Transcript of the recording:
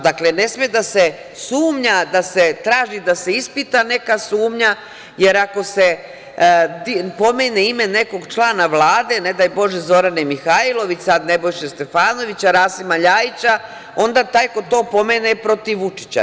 Dakle, ne sme da se sumnja, da se traži da se ispita neka sumnja, jer ako se pomene ime nekog člana Vlade, ne daj Bože Zorane Mihajlović, sada Nebojše Stefanovića, Rasima Ljajića, onda taj ko to pomene je protiv Vučića.